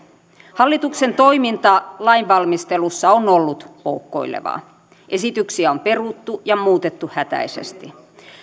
hallituksen toiminta lainvalmistelussa on ollut poukkoilevaa esityksiä on peruttu ja muutettu hätäisesti